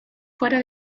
fuera